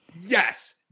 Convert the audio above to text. Yes